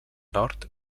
nord